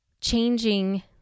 changing